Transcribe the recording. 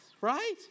right